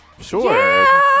Sure